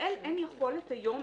בישראל אין יכולת היום,